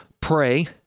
pray